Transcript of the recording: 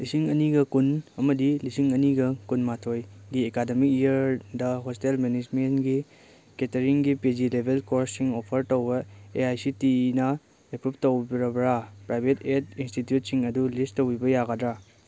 ꯂꯤꯁꯤꯡ ꯑꯅꯤꯒ ꯀꯨꯟ ꯑꯃꯗꯤ ꯂꯤꯁꯤꯡ ꯑꯅꯤꯒ ꯀꯨꯟꯃꯥꯊꯣꯏꯒꯤ ꯑꯦꯀꯥꯗꯃꯤꯛ ꯏꯌꯔꯗ ꯍꯣꯁꯇꯦꯜ ꯃꯦꯅꯦꯁꯃꯦꯟꯒꯤ ꯀꯦꯇꯔꯤꯡꯒꯤ ꯄꯤ ꯖꯤ ꯂꯦꯕꯦꯜ ꯀꯣꯔꯁꯁꯤꯡ ꯑꯣꯐꯔ ꯇꯧꯕ ꯑꯦ ꯑꯥꯏ ꯁꯤ ꯇꯤ ꯏꯅ ꯑꯦꯄ꯭ꯔꯨꯞ ꯇꯧꯕꯤꯔꯕ꯭ꯔꯥ ꯄ꯭ꯔꯥꯏꯕꯦꯠ ꯑꯦꯠ ꯏꯟꯁꯇꯤꯇ꯭ꯌꯨꯗꯁꯤꯡ ꯑꯗꯨ ꯂꯤꯁ ꯇꯧꯕꯤꯕ ꯌꯥꯒꯗ꯭ꯔꯥ